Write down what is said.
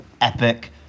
epic